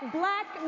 black